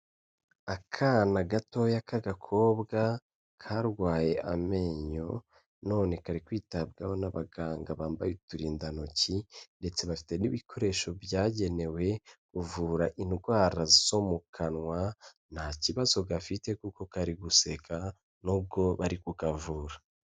Akana gatoya k'agakobwa karwaye amenyo none kari kwitabwaho n'abaganga bambaye uturindantoki ndetse bafite n'ibikoresho byagenewe kuvura indwara zo mu kanwa, nta kibazo gafite kuko kari guseka nubwo bari kukavura.